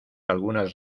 algunas